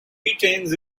retains